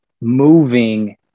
moving